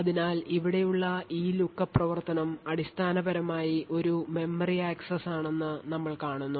അതിനാൽ ഇവിടെയുള്ള ഈ lookup പ്രവർത്തനം അടിസ്ഥാനപരമായി ഒരു മെമ്മറി ആക്സസ് ആണെന്ന് നിങ്ങൾ കാണുന്നു